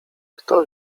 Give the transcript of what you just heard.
kto